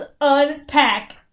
unpack